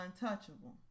untouchable